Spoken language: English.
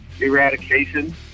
Eradication